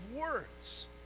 words